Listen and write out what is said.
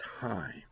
time